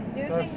cause